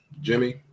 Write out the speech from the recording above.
Jimmy